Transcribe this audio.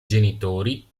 genitori